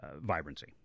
vibrancy